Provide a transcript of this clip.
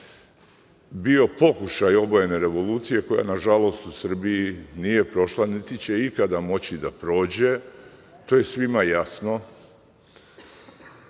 bio pokušaj obojene revolucije koja nažalost u Srbiji nije prošla niti će ikada moći da prođe. To je svima jasno.